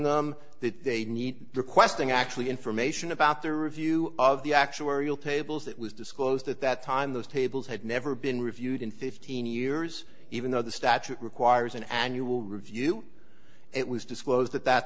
them that they need requesting actually information about the review of the actuarial tables that was disclosed at that time those tables had never been reviewed in fifteen years even though the statute requires an annual review it was disclosed at that